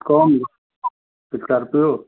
कौन इस्कार्पियो